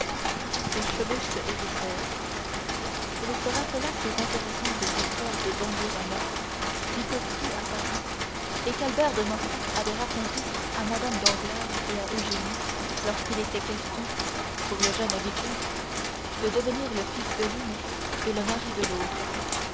ses cheveux se hérissèrent il se rappela ces intéressantes histoires de bandits romains si peu crues à paris et qu'albert de morcerf avait racontées à mme danglars et à eugénie lorsqu'il était question pour le jeune vicomte de devenir le fils de l'une et le mari de l'autre